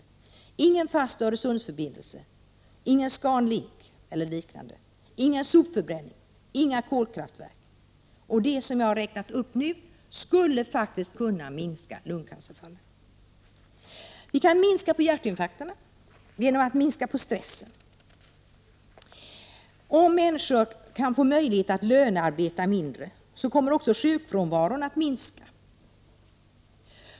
Vi bör inte ha någon fast Öresundsförbindelse, någon Scan Link eller liknande, någon sopförbränning eller några kolkraftverk. Det som jag nu har räknat upp skulle faktiskt kunna minska antalet lungcancerfall. Vi kan minska antalet hjärtinfarkter genom att minska stressen. Om människor får möjlighet att lönearbeta mindre kommer sjukfrånvaron att minska.